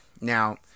Now